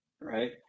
Right